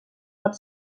pot